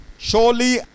Surely